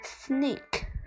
snake